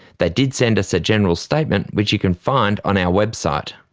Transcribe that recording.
they did send us a general statement, which you can find on our website.